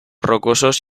rocosos